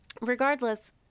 Regardless